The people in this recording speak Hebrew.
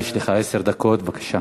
יש לך עשר דקות, בבקשה.